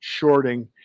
shorting